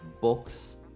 books